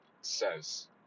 says